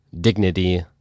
dignity